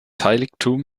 heiligtum